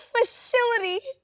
facility